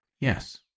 Yes